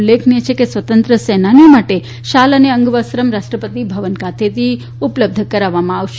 ઉલ્લેખનીય છે કે સ્વતંત્ર સેનાનીઓ માટે શાલ અને અંગવસ્ત્રમ રાષ્ટ્રપતિ ભવન ખાતેથી ઉપલબ્ધ કરાવાશે